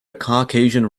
caucasian